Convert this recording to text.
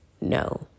No